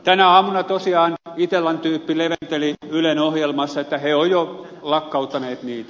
tänä aamuna tosiaan itellan tyyppi leventeli ylen ohjelmassa että he ovat jo lakkauttaneet niitä